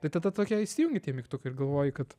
tai tada tokie įsijungia tie mygtukai ir galvoji kad